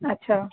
अच्छा